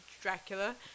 Dracula